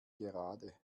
gerade